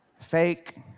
Fake